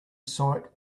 site